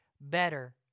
better